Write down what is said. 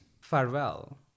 farewell